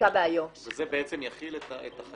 בתחיקת הביטחון.